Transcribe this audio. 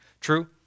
True